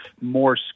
more